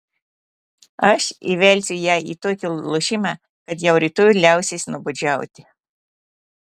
aš įvelsiu ją į tokį lošimą kad jau rytoj liausis nuobodžiauti